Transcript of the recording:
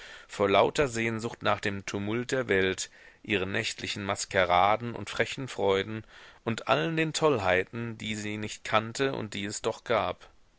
vor lauter sehnsucht nach dem tumult der welt ihren nächtlichen maskeraden und frechen freuden und allen den tollheiten die sie nicht kannte und die es doch gab